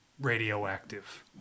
radioactive